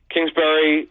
Kingsbury